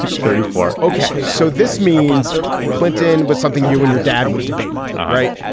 and thirty four. ok. so this means clinton was something you and your dad would debate. all right.